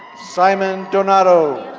simon donato.